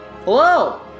Hello